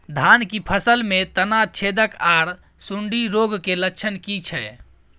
धान की फसल में तना छेदक आर सुंडी रोग के लक्षण की छै?